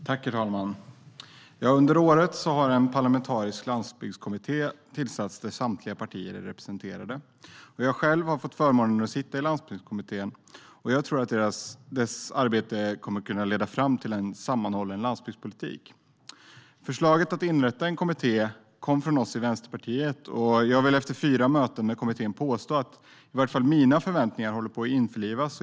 Herr talman! Under året har en parlamentarisk landsbygdskommitté tillsatts där samtliga partier är representerade. Jag har själv fått förmånen att sitta i landsbygdskommittén, och jag tror att dess arbete kommer att kunna leda fram till en sammanhållen landsbygdspolitik. Förslaget att inrätta en kommitté kom från oss i Vänsterpartiet, och jag vill efter fyra möten med kommittén påstå att i vart fall mina förväntningar håller på att infrias.